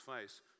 face